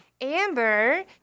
Amber